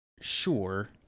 sure